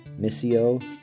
Missio